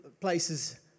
places